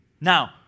Now